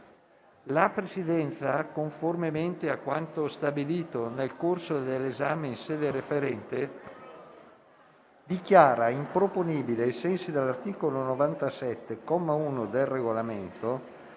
La Presidenza, conformemente a quanto stabilito nel corso dell'esame in sede referente, dichiara improponibili, ai sensi dell'articolo 97, comma 1, del Regolamento,